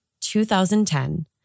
2010